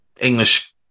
English